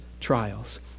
trials